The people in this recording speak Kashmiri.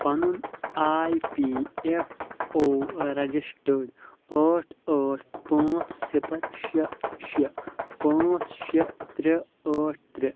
پَنُن A P F O registered ٲٹھ ٲٹھ پانٛژھ صِفر شےٚ شےٚ پانٛژھ شےٚ ترٛےٚ ٲٹھ ترٛےٚ